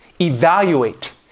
evaluate